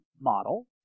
model